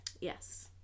Yes